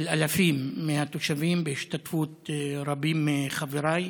של אלפים מהתושבים, בהשתתפות רבים מחבריי.